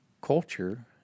culture